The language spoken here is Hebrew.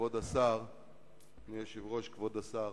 כבוד השר,